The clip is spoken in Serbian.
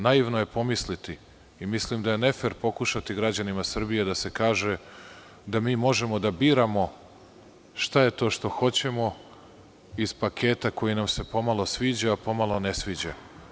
Naivno je pomisliti i mislim da je nefer pokušati građanima Srbije da se kaže da mi možemo da biramo šta je to što hoćemo iz paketa koji nam se pomalo sviđa, a pomalo ne sviđa.